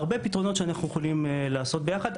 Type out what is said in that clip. הרבה פתרונות שאנחנו יכולים לעשות ביחד,